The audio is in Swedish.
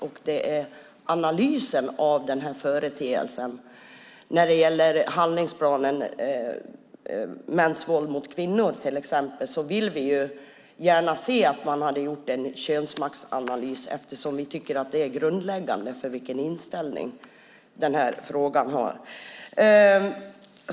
Det är analysen av företeelsen. När det till exempel gäller handlingsplanen mot mäns våld mot kvinnor hade vi gärna sett att man hade gjort en könsmaktsanalys eftersom vi tycker att det är grundläggande för vilken ställning frågan har.